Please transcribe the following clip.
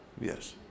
Yes